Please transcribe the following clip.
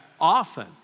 often